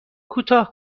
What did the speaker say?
کوتاه